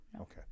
Okay